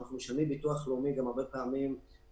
אנחנו משלמים ביטוח לאומי בתוך התיאטרון